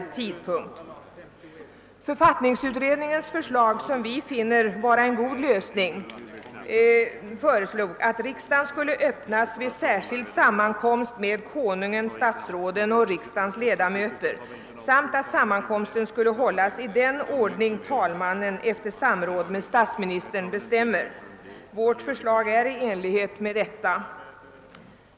Enligt författningsutredningens förslag, som vi som sagt finner vara en god lösning, skulle riksdagen öppnas vid en särskild sammankomst med Konungen, statsråden och riksdagens ledamöter; sammankomsten skulle hållas i den ordning som talmannen efter samråd med statsministern bestämde. Vårt förslag sammanfaller med detta.